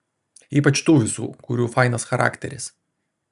ypač tų visų kurių fainas charakteris